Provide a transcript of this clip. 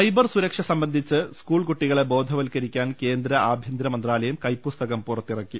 cyber സുരക്ഷ സംബന്ധിച്ച് school കുട്ടികളെ ബോധവൽ ക്കരിക്കാൻ കേന്ദ്ര ആഭ്യന്തര മന്ത്രാലയം കൈപ്പുസ്തകം പുറത്തിറക്കി